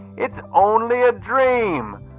it's only a dream,